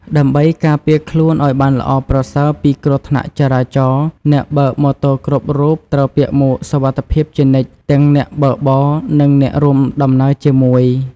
ដើម្បីការពារខ្លួនឱ្យបានល្អប្រសើរពីគ្រោះថ្នាក់ចរាចរណ៍ អ្នកបើកម៉ូតូគ្រប់រូបត្រូវពាក់មួកសុវត្ថិភាពជានិច្ច ទាំងអ្នកបើកបរនិងអ្នករួមដំណើរជាមួយ។